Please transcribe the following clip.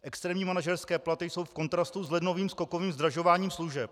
Externí manažerské platy jsou v kontrastu s lednovým skokovým zdražováním služeb.